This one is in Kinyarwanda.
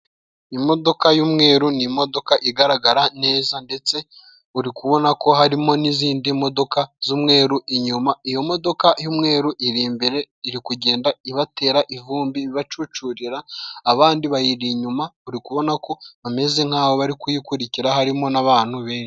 Imodoka y'umweru ni imodoka igaragara neza ndetse uri kubona ko harimo n'izindi modoka z'umweru inyuma, iyo modoka y'umweru iri imbere iri kugenda ibatera ivumbi ibacucurira abandi bayiri inyuma uri kubona ko bameze nk'aho bari kuyikurikira harimo n'abantu benshi.